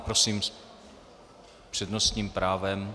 Prosím s přednostním právem.